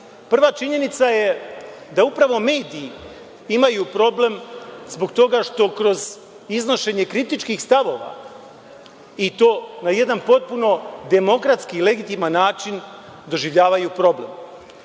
Prva, činjenica je da upravo mediji imaju problem zbog toga što kroz iznošenje kritičkih stavova i to na jedan potpuno demokratski i legitiman način doživljavaju problem.